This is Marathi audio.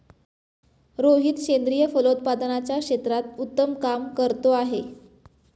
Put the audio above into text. रोहित सेंद्रिय फलोत्पादनाच्या क्षेत्रात उत्तम काम करतो आहे